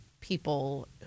people